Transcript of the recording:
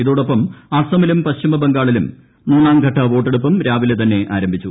ഇതോടൊപ്പം അസമിലും പശ്ചിമ ബംഗാളിലും മൂന്നാം ഘട്ട വോട്ടെടുപ്പും രാവിലെ തന്നെ ആരംഭിച്ചു